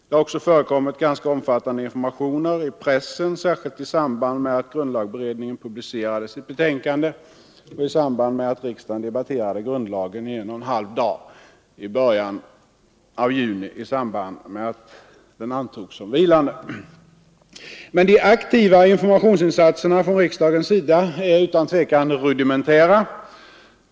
Det har också förekommit ganska omfattande informationer i pressen, särskilt i samband med att grundlagberedningen publicerade sitt betänkande och i samband med att riksdagen debatterade grundlagen en och en halv dag i början av juni i samband med att förslaget antogs som vilande. Men de aktiva informationsinsatserna från riksdagens sida är utan tvekan rudimentära.